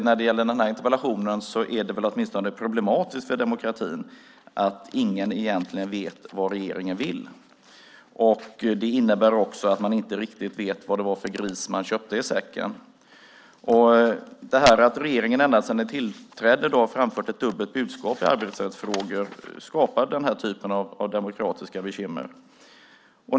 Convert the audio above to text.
När det gäller den här interpellationen är det väl åtminstone problematiskt för demokratin att ingen egentligen vet vad regeringen vill. Det innebär också att man inte riktigt vet vad det var för gris man köpte i säcken. Att regeringen ända sedan den tillträdde har framfört dubbla budskap i arbetsrättsfrågorna skapar den här typen av demokratiska bekymmer.